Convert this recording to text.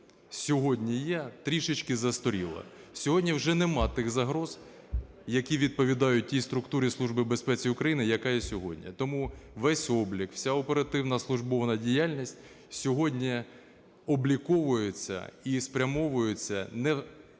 сьогодні є, трішечки застаріла. Сьогодні вже немає тих загроз, які відповідають тій структурі Служби безпеки України, яка є сьогодні. Тому весь облік, вся оперативна службова діяльність сьогодні обліковується і спрямовується не